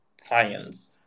clients